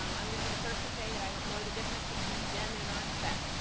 um i'm gonna be the first to say that i don't know the difference between a gem and an ah rspec.